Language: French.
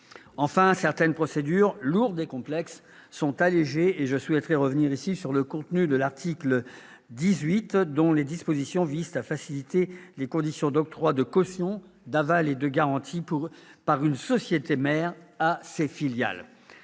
Enfin, certaines procédures lourdes et complexes sont allégées. Je souhaiterais revenir à cet égard sur le contenu de l'article 18, dont les dispositions visent à faciliter les conditions d'octroi de cautions, d'avals et de garanties par une société mère à ses filiales.